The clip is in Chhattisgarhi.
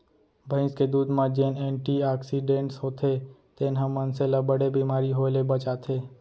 भईंस के दूद म जेन एंटी आक्सीडेंट्स होथे तेन ह मनसे ल बड़े बेमारी होय ले बचाथे